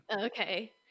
Okay